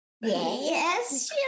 Yes